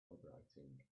vibrating